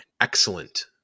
excellent